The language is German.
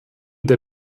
der